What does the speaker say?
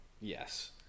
Yes